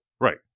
Right